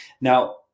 Now